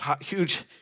huge